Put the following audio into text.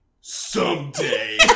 someday